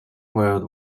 world